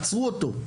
עצרו אותו.